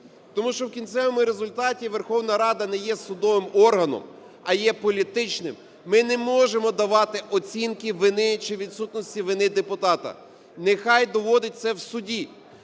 тому що в кінцевому результаті Верховна Рада не є судовим органом, а є політичним. Ми не можемо давати оцінки вини чи відсутності вини депутата, нехай доводить це в суді.